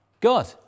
God